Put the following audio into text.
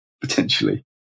Potentially